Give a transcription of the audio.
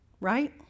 right